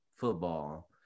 Football